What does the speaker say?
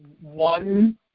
one